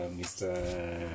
Mr